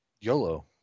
YOLO